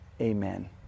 Amen